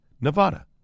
Nevada